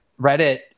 Reddit